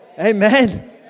Amen